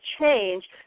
change